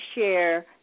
share